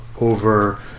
over